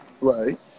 Right